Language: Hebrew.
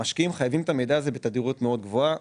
המשקיעים חייבים את המידע הזה בתדירות מאוד גבוהה.